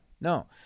no